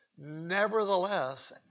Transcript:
Nevertheless